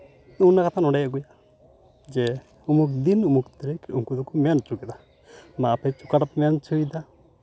ᱚᱱᱟ ᱠᱟᱛᱷᱟ ᱱᱚᱸᱰᱮᱭ ᱟᱹᱜᱩᱭᱟ ᱡᱮ ᱩᱢᱩᱠᱷ ᱫᱤᱱ ᱩᱢᱩᱠᱷ ᱛᱟᱹᱨᱤᱠᱷ ᱩᱱᱠᱩ ᱫᱚᱠᱚ ᱢᱮᱱ ᱦᱚᱪᱚ ᱠᱮᱫᱟ ᱢᱟ ᱟᱯᱮ ᱚᱠᱟᱴᱟᱜ ᱯᱮ ᱢᱮᱱ ᱦᱚᱪᱚᱭᱮᱫᱟ